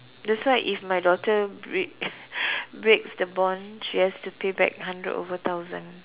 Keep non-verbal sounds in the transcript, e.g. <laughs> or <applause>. that's why if my daughter break <laughs> breaks the bond she has to pay back a hundred over thousand